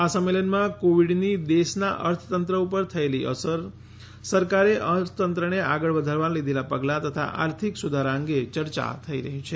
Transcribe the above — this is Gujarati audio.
આ સંમેલનમાં કોવીડની દેશના અર્થતંત્ર ઉપર થયેલી અસર સરકારે અર્થતંત્રને આગળ વધારવા લીધેલાં પગલાં તથા આર્થિક સુધારા અંગે ચર્ચા થઈ રહી છે